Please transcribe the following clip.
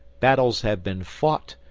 battles have been fought,